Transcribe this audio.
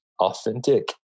authentic